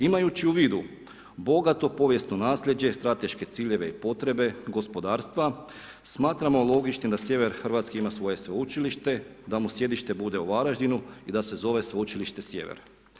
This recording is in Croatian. Imajući u vidu bogato povijesno nasljeđe, strateške ciljeve i potrebe gospodarstva smatramo logičnim da sjever Hrvatske ima svoje sveučilište da mu sjedište bude u Varaždinu i da se zove Sveučilište Sjever.